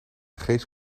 geest